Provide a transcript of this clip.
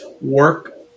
work